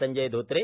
Sanjay Dhotre